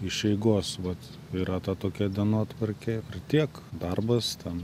iš eigos vat yra ta tokia dienotvarkė ir tiek darbas ten